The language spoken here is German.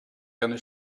gerne